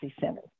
center